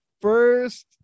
first